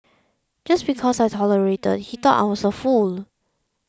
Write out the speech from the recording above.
just because I tolerated he thought I was a fool